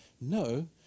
no